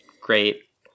Great